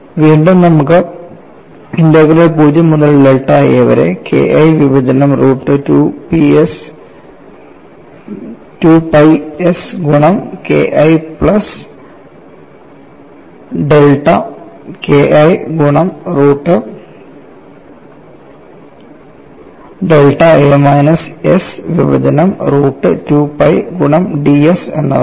വീണ്ടും നമുക്ക് ഇന്റഗ്രൽ 0 മുതൽ ഡെൽറ്റ a വരെ K I വിഭജനം റൂട്ട് 2 pi s ഗുണം K I plus delta K I ഗുണം root delta a minus s വിഭജനം റൂട്ട് 2 pi ഗുണം ds എന്നാണ്